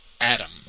Adam